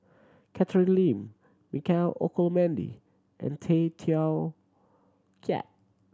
Catherine Lim Michael Olcomendy and Tay Teow Kiat